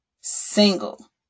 single